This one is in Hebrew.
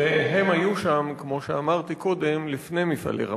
הם היו שם לפני מפעלי רמת-חובב,